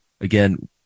again